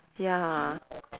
ya